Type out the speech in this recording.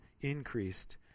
increased